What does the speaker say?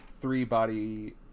three-body